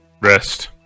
Rest